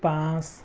পাঁচ